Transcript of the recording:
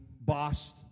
boss